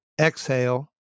Exhale